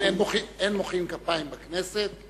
אין מוחאים כפיים בכנסת,